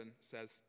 says